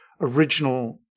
original